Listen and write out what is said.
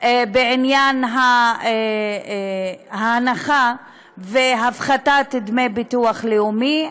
בעניין ההנחה והפחתת דמי הביטוח הלאומי,